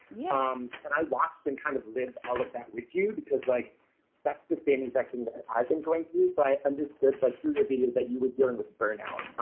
yeah um and i watched and kind of lived all of that with you, because like that's the same exact thing that i've been going through, so i understood, like through your videos, that you were dealing with burnout.